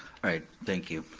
alright, thank you.